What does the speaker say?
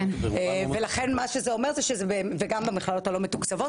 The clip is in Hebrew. גם במכללות הלא מתוקצבות.